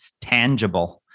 tangible